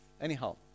Anyhow